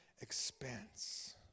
expense